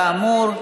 כאמור,